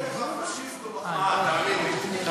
לקרוא לך "פאשיסט" זו מחמאה, תאמין לי.